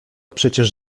przecież